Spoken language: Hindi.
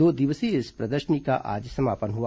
दो दिवसीय इस प्रदर्शनी का आज समापन हुआ